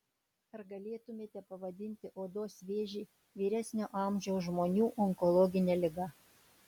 ar galėtumėte pavadinti odos vėžį vyresnio amžiaus žmonių onkologine liga